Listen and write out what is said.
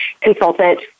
consultant